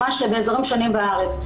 באזורים שונים בארץ.